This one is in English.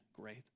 great